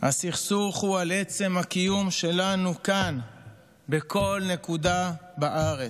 הסכסוך הוא על עצם הקיום שלנו כאן בכל נקודה בארץ.